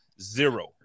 Zero